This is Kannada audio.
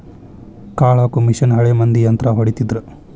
ಕಾಳ ಹಾಕು ಮಿಷನ್ ಹಳೆ ಮಂದಿ ಯಂತ್ರಾ ಹೊಡಿತಿದ್ರ